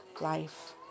life